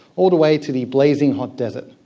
all the way to the blazing hot desert.